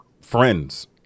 friends